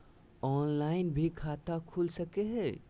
Online भी खाता खूल सके हय?